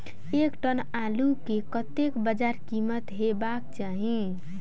एक टन आलु केँ कतेक बजार कीमत हेबाक चाहि?